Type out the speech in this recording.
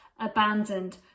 abandoned